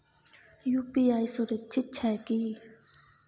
UPI सुरक्षित छै की?